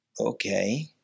okay